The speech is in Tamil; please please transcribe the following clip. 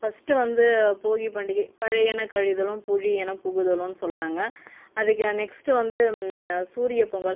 ஃபர்ஸ்ட்டு வந்து போகி பண்டிகை பழையன கழிதலும் புதியன புகுதலுன்னு சொல்லுறாங்க அதுக்கு நெக்ஸ்ட் வந்து சூரிய பொங்கல்